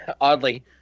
oddly